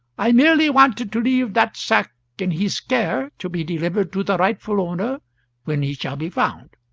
i merely wanted to leave that sack in his care to be delivered to the rightful owner when he shall be found.